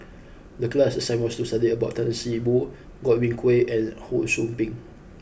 the class assignment was to study about Tan See Boo Godwin Koay and Ho Sou Ping